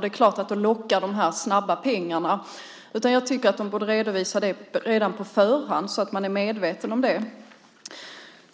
Det är klart att de snabba pengarna lockar! Jag tycker att företagen borde redovisa villkoren redan på förhand så att man är medveten om dem